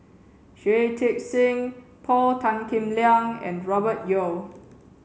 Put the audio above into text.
Shui Tit Sing Paul Tan Kim Liang and Robert Yeo